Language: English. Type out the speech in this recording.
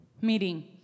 meeting